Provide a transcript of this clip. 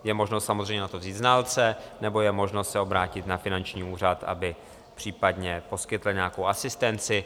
je možno samozřejmě na to vzít znalce nebo je možno se obrátit na finanční úřad, aby případně poskytli nějakou asistenci.